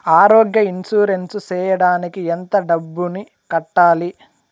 ఆరోగ్య ఇన్సూరెన్సు సేయడానికి ఎంత డబ్బుని కట్టాలి?